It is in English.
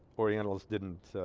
orientals didn't ah.